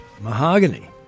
Mahogany